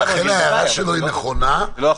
לכן ההערה שלו נכונה.